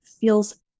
feels